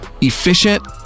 efficient